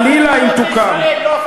חלילה אם תוקם.